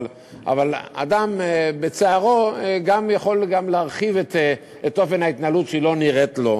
אבל אדם בצערו גם יכול להרחיב את אופן ההתנהלות שלא נראית לו.